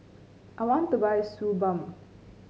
I want to buy Suu Balm